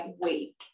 week